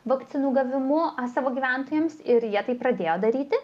vakcinų gavimu savo gyventojams ir jie tai pradėjo daryti